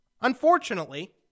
unfortunately